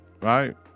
Right